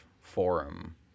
forum